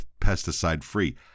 pesticide-free